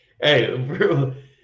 Hey